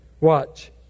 Watch